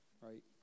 right